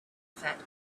fat